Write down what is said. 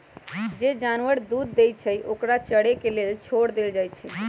जे जानवर दूध देई छई ओकरा चरे के लेल छोर देल जाई छई